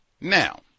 Now